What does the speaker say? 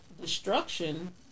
destruction